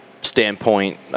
standpoint